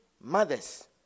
mothers